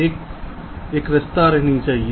एक एकरसता है